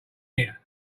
here